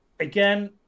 Again